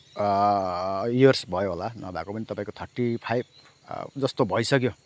years भयो होला नभएको पनि तपाईँको थर्टी फाइभ जस्तो भइसक्यो